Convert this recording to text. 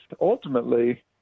ultimately